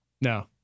No